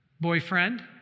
boyfriend